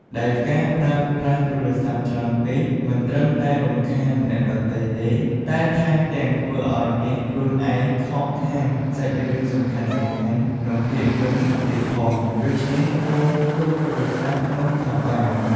ដែលការប្រើប្រាស់ទូរស័ព្ទច្រើនពេក មិនត្រឹមតែរំខានអ្នកដទៃទេ តែថែមទាំងធ្វើឲ្យអ្នកខ្លួនឯងខកខានសាច់រឿងសំខាន់ៗក្នុងភាពយន្តទៀតផង ដូច្នេះសូមទុកទូរស័ព្ទក្នុងហោប៉ៅ។